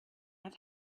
have